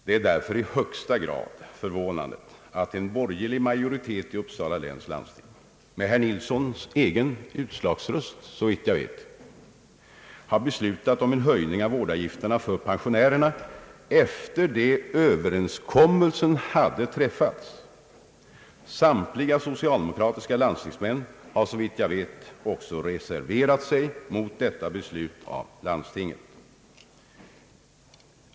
Det är därför i högsta grad förvånande att en borgerlig majoritet i Uppsala läns landsting, såvitt jag vet med herr Nilssons egen utslagsröst, har beslutat om en höjning av vårdavgifterna för pensionärer efter det att överenskommelsen hade träffats. Samtliga socialdemokratiska landstingsmän har också, såvitt jag vet, reserverat sig mot landstingets beslut.